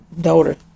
daughter